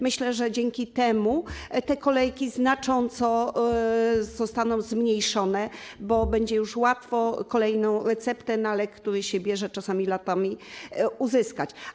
Myślę, że dzięki temu te kolejki znacząco zostaną zmniejszone, bo będzie już łatwo kolejną receptę na lek, który się bierze czasem latami, uzyskać.